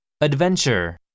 Adventure